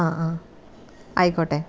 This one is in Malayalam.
ആ ആ ആയിക്കോട്ടെ